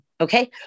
okay